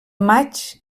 maig